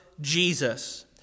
Jesus